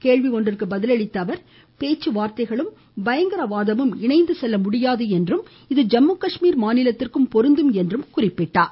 கேள்வி ஒன்றிற்கு பதிலளித்த அவர் பேச்சுவார்த்தையும் பயங்கரவாதமும் இணைந்துசெல்ல முடியாது என்றும் இது ஜம்முகாஷ்மீர் மாநிலத்திற்கும் பொருந்தும் என்றார்